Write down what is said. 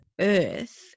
earth